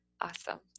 Awesome